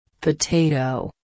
Potato